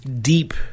deep